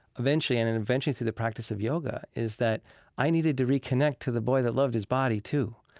eventually, and and eventually through the practice of yoga, is that i needed to reconnect to the boy that loved his body, too.